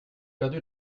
perdu